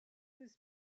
was